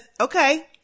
okay